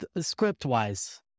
script-wise